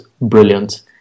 brilliant